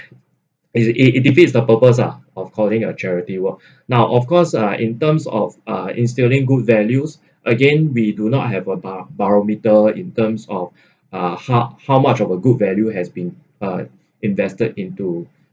is it it it defeats the purpose ah of causing a charity work now of course uh in terms of uh instilling good values again we do not have a bar~ barometer in terms of uh how how much of a good value has been uh invested into